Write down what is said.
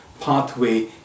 pathway